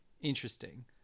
Interesting